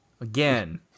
Again